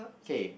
K